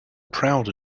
proud